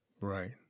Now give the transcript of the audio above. Right